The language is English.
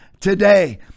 today